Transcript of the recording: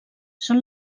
són